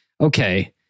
Okay